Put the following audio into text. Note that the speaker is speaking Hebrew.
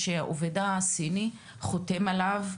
שהעובד הסיני חותם עליו,